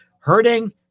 hurting